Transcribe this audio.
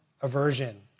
aversion